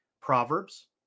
Proverbs